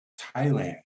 thailand